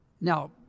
Now